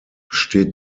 steht